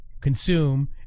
consume